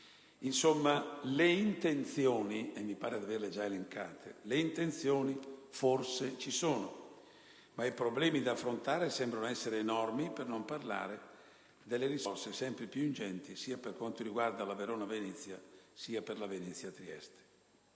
Insomma, le intenzioni, mi pare di averle già elencate, forse ci sono, ma i problemi da affrontare sembrano essere enormi per non parlare delle risorse, sempre più ingenti, sia per quanto riguarda la Verona-Venezia sia per la Venezia-Trieste.